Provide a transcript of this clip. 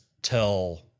tell